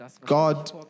god